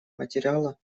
материала